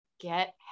get